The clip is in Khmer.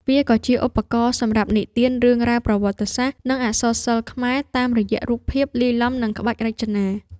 វាក៏ជាឧបករណ៍សម្រាប់និទានរឿងរ៉ាវប្រវត្តិសាស្ត្រ និងអក្សរសិល្ប៍ខ្មែរតាមរយៈរូបភាពលាយឡំនឹងក្បាច់រចនា។